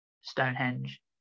stonehenge